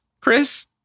Chris